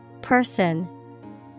Person